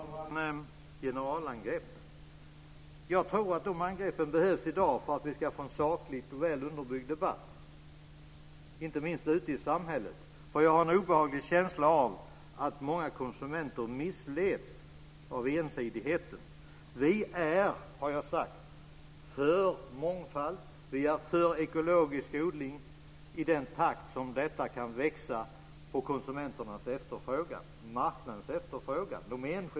Fru talman! Det var ett generalangrepp. Jag tror att de angreppen behövs i dag för att vi ska få en saklig och väl underbyggd debatt inte minst ute i samhället. Jag har en obehaglig känsla av att många konsumenter missleds av ensidigheten. Vi är för mångfald, som jag har sagt. Vi är för ekologisk odling i den takt som den kan växa på marknadens och de enskilda konsumenternas efterfrågan.